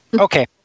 Okay